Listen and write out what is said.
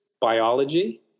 biology